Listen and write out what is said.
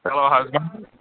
چَلو حظ